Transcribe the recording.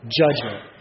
judgment